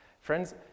Friends